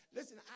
Listen